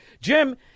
Jim